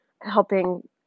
helping